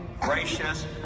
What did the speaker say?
gracious